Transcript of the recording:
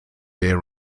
beer